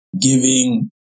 giving